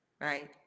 Right